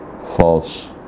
false